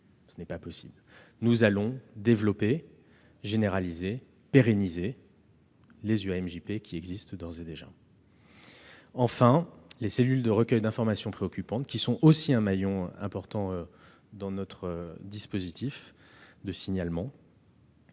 Ce n'est pas possible. Nous allons donc développer, généraliser, pérenniser les UAMJP. Enfin, les cellules de recueil des informations préoccupantes, qui sont des maillons importants dans notre dispositif de signalement,